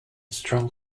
strong